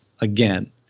again